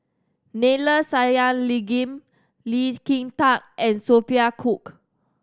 Neila Sathyalingam Lee Kin Tat and Sophia Cooke